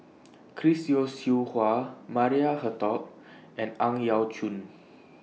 Chris Yeo Siew Hua Maria Hertogh and Ang Yau Choon